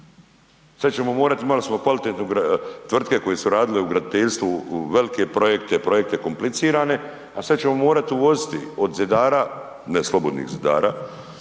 Sad ćemo morati, imali smo kvalitetnu, tvrtke koje su radile u graditeljstvu, velike projekte, projekte komplicirane, a sad ćemo morati uvoziti, od zidara, ne Slobodnih zidara